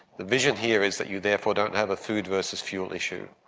the vision here is that you therefore don't have a food versus fuel issue.